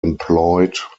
employed